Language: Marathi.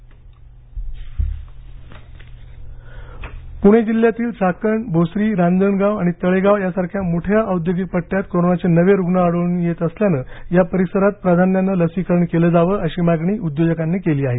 उद्योजक पूणे जिल्ह्यातील चाकण भोसरी रांजणगाव आणि तळेगाव यासारख्या मोठ्या औद्योगिक पट्टयात कोरोनाचे नवे रुग्ण आढळून येत असल्यानं या परिसरात प्राधान्यानं लसीकरण केलं जावं अशी मागणी उद्योजकांनी केली आहे